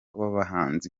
w’abahanzi